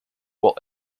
while